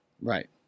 Right